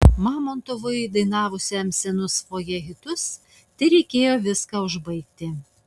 mamontovui dainavusiam senus fojė hitus tereikėjo viską užbaigti